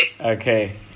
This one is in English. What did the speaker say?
okay